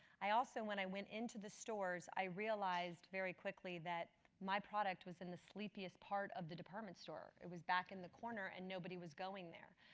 i also, when i went into the stores, i realized very quickly that my product was in the sleepiest part of the department store. it was back in the corner and nobody was going there.